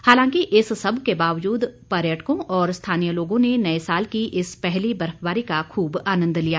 हालांकि इस सब के बावजूद पर्यटकों और स्थानीय लोगों ने नए साल की इस पहली बर्फबारी का खूब आनंद लिया